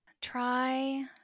Try